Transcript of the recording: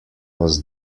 was